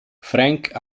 frank